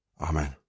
Amen